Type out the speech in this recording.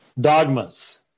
dogmas